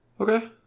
okay